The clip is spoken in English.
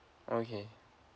okay